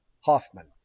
Hoffman